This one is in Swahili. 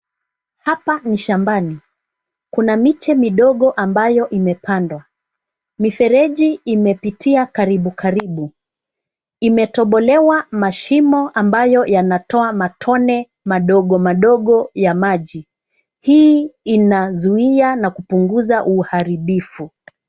hapa ni shambani. Kuna miche midogo ambayo imepandwa. Mifereji imepitia karibu karibu, imetobolewa mashimo ambayo yanatoa matone madogo madogo ya maji. Hii inazuia na kupunguza uharibifu.